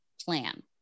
plan